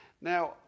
Now